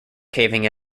caving